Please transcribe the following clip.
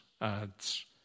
adds